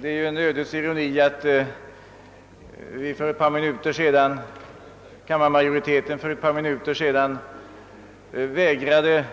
Det är ju en ödets ironi att kammarmajoriteten för ett par minuter sedan vägrade rösträtt